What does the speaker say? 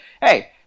hey